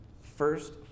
first